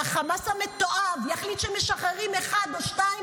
וחמאס המתועב יחליט שמשחררים אחד או שניים,